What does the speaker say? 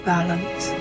Balance